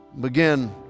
begin